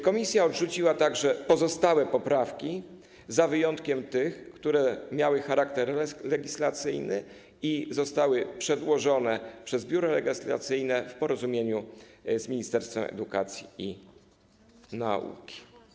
Komisja odrzuciła także pozostałe poprawki, z wyjątkiem tych, które miały charakter legislacyjny i zostały przedłożone przez Biuro Legislacyjne w porozumieniu z Ministerstwem Edukacji i Nauki.